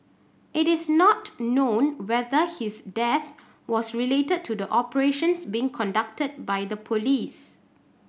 it is not known whether his death was related to the operations being conducted by the police